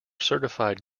certified